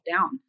down